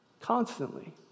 constantly